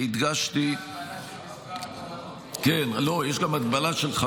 הדגשתי --- יש גם את ההגבלה של מספר התובענות.